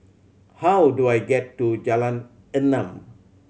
how do I get to Jalan Enam